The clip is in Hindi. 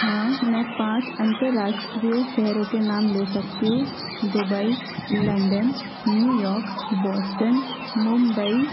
हाँ मैं पाँच अन्तर्राष्ट्रीय शहरों के नाम ले सकती हूँ Dubai London New York Boston Mumbai